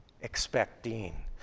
expecting